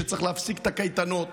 שצריך להפסיק את הקייטנות